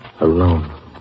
alone